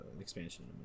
expansion